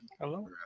Hello